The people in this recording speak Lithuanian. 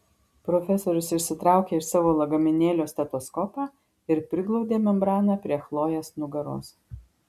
profesorius išsitraukė iš savo lagaminėlio stetoskopą ir priglaudė membraną prie chlojės nugaros